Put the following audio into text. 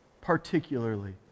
particularly